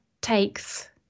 takes